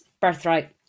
birthright